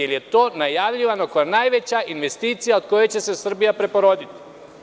To je najavljivano kao najveća investicija od koje će se Srbija preporoditi?